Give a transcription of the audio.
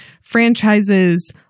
franchises